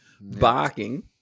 barking